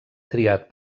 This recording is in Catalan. triat